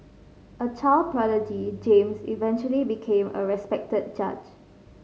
a child prodigy James eventually became a respected judge